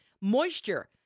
moisture